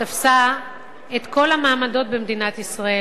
שתפסה את כל המעמדות במדינת ישראל,